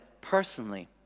personally